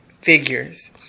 Figures